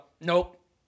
Nope